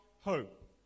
hope